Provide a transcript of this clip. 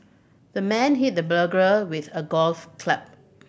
the man hit the burglar with a golf club